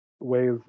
ways